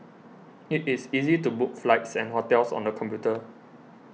it is easy to book flights and hotels on the computer